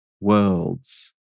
worlds